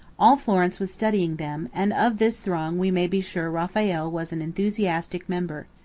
all florence was studying them, and of this throng we may be sure raphael was an enthusiastic member.